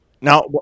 Now